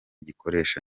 gikoresha